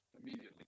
immediately